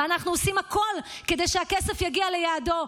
ואנחנו עושים הכול כדי שהכסף יגיע ליעדו,